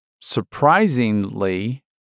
surprisingly